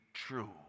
true